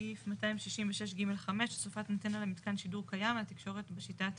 סעיף 266ג5. הוספת אנטנה למתקן שידור קיים לתקשורת בשיטה התאית.